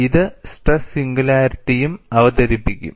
ഇത് സ്ട്രെസ് സിംഗുലാരിറ്റിയും അവതരിപ്പിക്കും